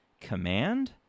command